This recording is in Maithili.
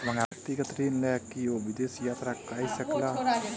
व्यक्तिगत ऋण लय के ओ विदेश यात्रा कय सकला